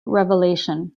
revelation